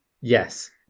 Yes